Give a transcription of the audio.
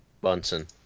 Bunsen